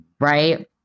Right